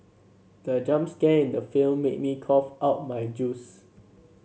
the jump scare in the film made me cough out my juice